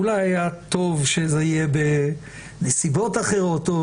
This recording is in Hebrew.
אולי היה טוב אם זה היה בנסיבות אחרות או